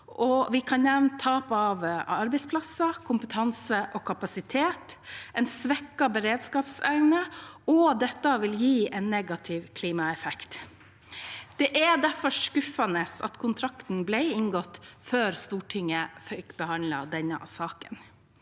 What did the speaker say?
Vi kan nevne tap av arbeidsplasser, kompetanse og kapasitet og en svekket beredskapsevne, og dette vil gi en negativ klimaeffekt. Det er derfor skuffende at kontrakten ble inngått før Stortinget fikk behandlet saken.